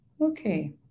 Okay